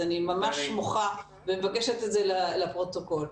אז אני ממש מוחה ומבקשת את זה לפרוטוקול.